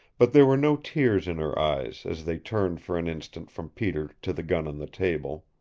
but there were no tears in her eyes as they turned for an instant from peter to the gun on the table.